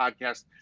podcast